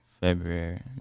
February